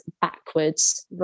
backwards